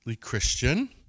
Christian